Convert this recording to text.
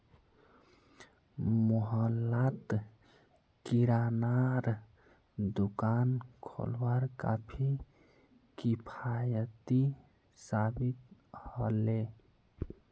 मोहल्लात किरानार दुकान खोलवार काफी किफ़ायती साबित ह ले